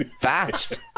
fast